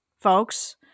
folks